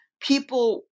people